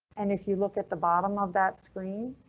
and if you look at the bottom of that screen,